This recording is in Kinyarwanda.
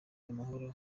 amahoro